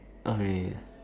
okay